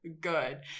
good